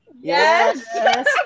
Yes